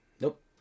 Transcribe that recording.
Nope